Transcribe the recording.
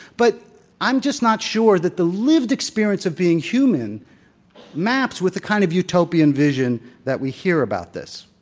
but i'm just not sure that the lived experience of being human maps with the kind of utopian vision that we hear about this.